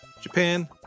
Japan